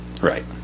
right